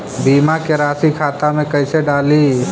बीमा के रासी खाता में कैसे डाली?